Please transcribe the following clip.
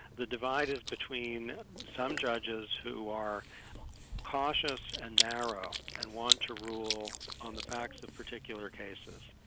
the divide is between some judges who are cautious and narrow and want to rule on the facts of particular cases.